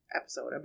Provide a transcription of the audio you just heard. episode